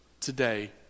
today